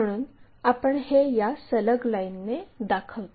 म्हणून आपण हे या सलग लाईनने दाखवतो